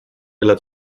lat